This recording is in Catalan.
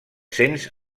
cents